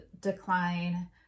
decline